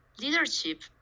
leadership